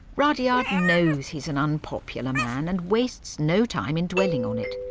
rudyard knows he's an unpopular man, and wastes no time in dwelling on it.